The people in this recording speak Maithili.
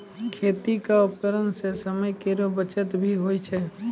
खेती क उपकरण सें समय केरो बचत भी होय छै